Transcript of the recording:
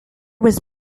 was